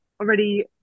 already